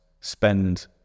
spend